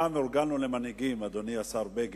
פעם הורגלנו למנהיגים, אדוני השר בגין,